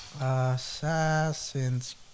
Assassin's